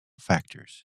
factors